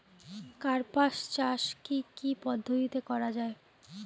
কার্পাস চাষ কী কী পদ্ধতিতে করা য়ায়?